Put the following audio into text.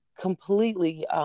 completely